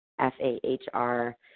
F-A-H-R